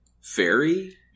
fairy